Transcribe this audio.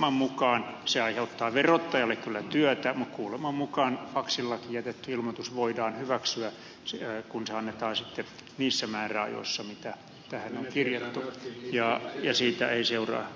vaikka se aiheuttaa verottajalle kyllä työtä kuuleman mukaan faksillakin jätetty ilmoitus voidaan hyväksyä kun se annetaan niissä määräajoissa mitä tähän on kirjattu ja silloin siitä ei seuraa sanktioita